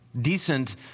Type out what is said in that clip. decent